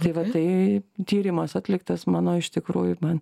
tai vat tai tyrimas atliktas mano iš tikrųjų man